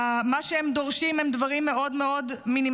מה שהם דורשים זה דברים מאוד מינימליים: